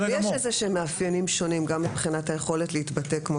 יש איזשהם מאפיינים שונים גם מבחינת היכולת להתבטא אבל גם